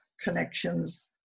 connections